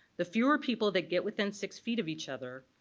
the fewer people that get within six feet of each other,